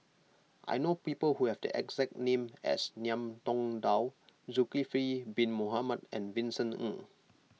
I know people who have the exact name as Ngiam Tong Dow Zulkifli Bin Mohamed and Vincent Ng